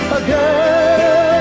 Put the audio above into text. again